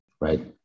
right